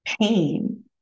Pain